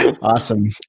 Awesome